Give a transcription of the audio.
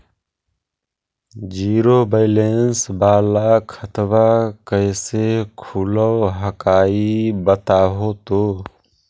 Zero balance वाला खतवा कैसे खुलो हकाई बताहो तो?